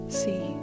see